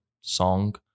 song